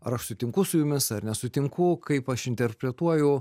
ar aš sutinku su jumis ar nesutinku kaip aš interpretuoju